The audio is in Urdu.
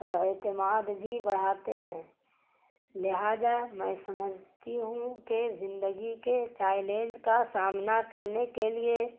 اور اعتماد بھی بڑھاتے ہیں لہٰذا میں سمجھتی ہوں کہ زندگی کے چیلنج کا سامنا کرنے کے لیے